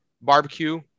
barbecue